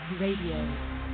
Radio